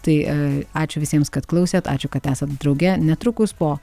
tai ačiū visiems kad klausėt ačiū kad esant drauge netrukus po